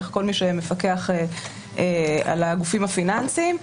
כל מי שמפקח על הגופים הפיננסיים,